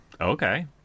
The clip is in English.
okay